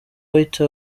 white